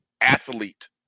athlete